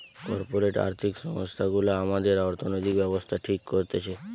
corporate আর্থিক সংস্থা গুলা আমাদের অর্থনৈতিক ব্যাবস্থা ঠিক করতেছে